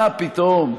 מה פתאום.